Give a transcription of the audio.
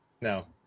No